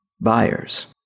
buyers